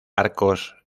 arcos